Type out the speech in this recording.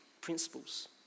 principles